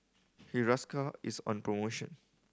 Hiruscar is on promotion